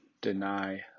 deny